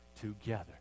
together